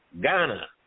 Ghana